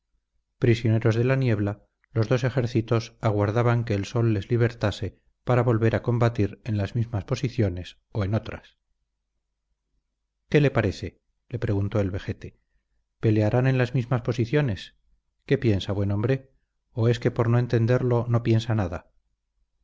de la niebla los dos ejércitos aguardaban que el sol les libertase para volver a combatir en las mismas posiciones o en otras qué le parece le preguntó el vejete pelearán en las mismas posiciones qué piensa buen hombre o es que por no entenderlo no piensa nada